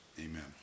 Amen